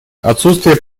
отсутствие